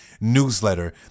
newsletter